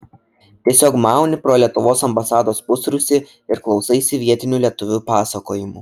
tiesiog mauni pro lietuvos ambasados pusrūsį ir klausaisi vietinių lietuvių pasakojimų